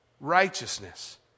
righteousness